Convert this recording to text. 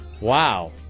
Wow